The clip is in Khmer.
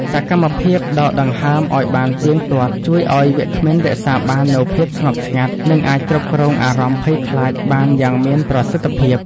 សកម្មភាពដកដង្ហើមឱ្យបានទៀងទាត់ ជួយឱ្យវាគ្មិនរក្សាបាននូវភាពស្ងប់ស្ងាត់ និងអាចគ្រប់គ្រងអារម្មណ៍ភ័យខ្លាចបានយ៉ាងមានប្រសិទ្ធភាព។